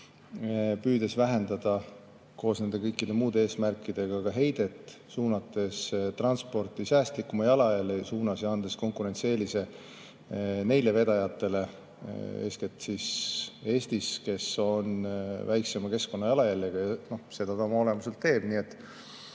püüdes vähendada – koos nende kõikide muude eesmärkide täitmisega – ka heidet, suunates transporti säästlikuma jalajälje suunas ja andes konkurentsieelise neile vedajatele, eeskätt Eestis, kes on väiksema keskkonnajalajäljega. Seda ta oma olemuselt teeb.